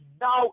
now